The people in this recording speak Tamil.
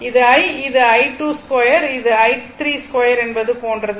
இது i இது i22 இது i32 என்பது போன்றது